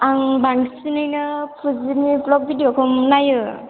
आं बांसिनैनो फुजिनि भ्लग भिडिय'खौ नायो